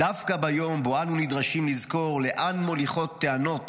דווקא ביום שבו אנו נדרשים לזכור לאן מוליכות טענות